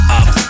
up